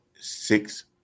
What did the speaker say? six